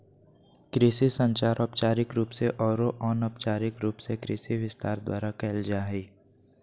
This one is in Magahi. कृषि संचार औपचारिक रूप से आरो अनौपचारिक रूप से कृषि विस्तार द्वारा कयल जा हइ